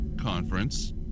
conference